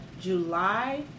July